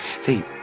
See